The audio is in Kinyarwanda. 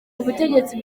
ubutegetsi